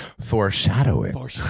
foreshadowing